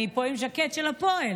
אני פה עם ז'קט של הפועל,